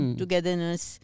togetherness